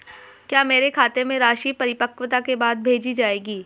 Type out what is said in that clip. क्या मेरे खाते में राशि परिपक्वता के बाद भेजी जाएगी?